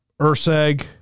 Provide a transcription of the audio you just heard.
Urseg